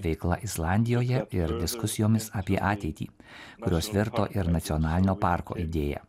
veikla islandijoje ir diskusijomis apie ateitį kurios virto ir nacionalinio parko idėja